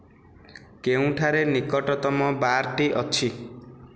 କେଉଁଠାରେ ନିକଟତମ ବାର୍ଟି ଅଛି